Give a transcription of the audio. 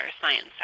science